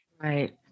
Right